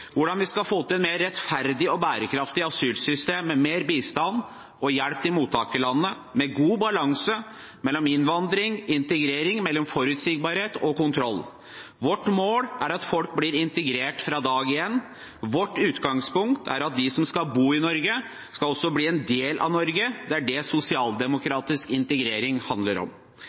hvordan vi skal få til et mer rettferdig og bærekraftig asylsystem med mer bistand og hjelp til mottakerlandene, med god balanse mellom innvandring og integrering og mellom forutsigbarhet og kontroll. Vårt mål er at folk blir integrert fra dag én. Vårt utgangspunkt er at de som skal bo i Norge, også skal bli en del av Norge. Det er det sosialdemokratisk integrering handler om.